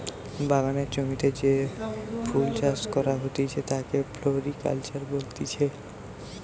বাগানের জমিতে যে ফুল চাষ করা হতিছে তাকে ফ্লোরিকালচার বলতিছে